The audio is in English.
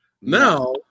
Now